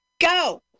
go